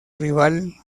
rival